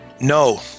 No